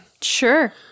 Sure